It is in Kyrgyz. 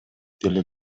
деле